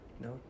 No